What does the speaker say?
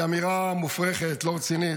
היא אמירה מופרכת, לא רצינית.